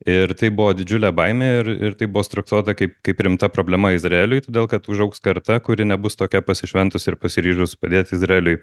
ir tai buvo didžiulė baimė ir ir tai buvo sutraktuota kaip kaip rimta problema izraeliui todėl kad užaugs karta kuri nebus tokia pasišventusi ir pasiryžusi padėt izraeliui